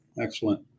Excellent